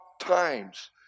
times